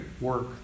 Work